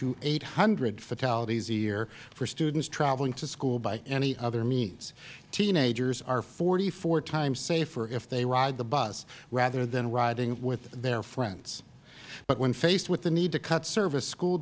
to eight hundred fatalities a year for students traveling to school by any other means teenagers are forty four times safer if they ride the bus rather than riding with their friends but when faced with the need to cut service school